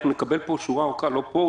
אנחנו נקבל פה שורה ארוכה לא פה,